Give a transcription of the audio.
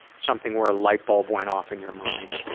something where a light bulb went off in your mind.